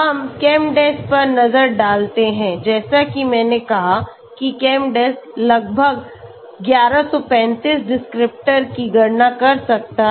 हम ChemDes पर नजर डालते हैं जैसा कि मैंने कहा कि ChemDes लगभग 1135 डिस्क्रिप्टर की गणना कर सकता है